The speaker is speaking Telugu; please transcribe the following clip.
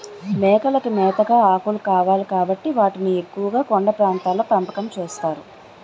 మేకలకి మేతగా ఆకులు కావాలి కాబట్టి వాటిని ఎక్కువుగా కొండ ప్రాంతాల్లో పెంపకం చేస్తారు